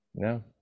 No